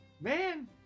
Man